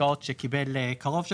השקעות שקיבל קרוב שלך,